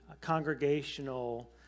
congregational